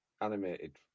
animated